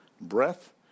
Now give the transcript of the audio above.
breath